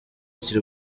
iki